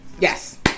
Yes